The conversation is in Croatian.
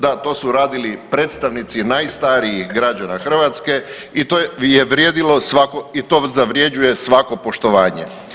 Da, to su radili predstavnici najstarijih građana Hrvatske i to je vrijedilo i to zavrjeđuje svako poštovanje.